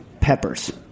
peppers